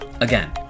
Again